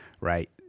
right